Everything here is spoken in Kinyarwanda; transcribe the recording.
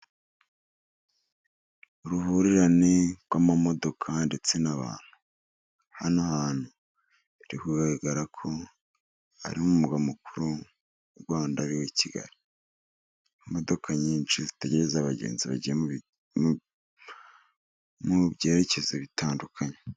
Uruhurirane rw'amamodoka ndetse n'abantu, hano hantu hari kugaragara ko ari umurwa mukuru w'uRwanda ari wo Kigali ,imodoka nyinshi zitegereza abagenzi bagiye mu byerekezo bitandukanye.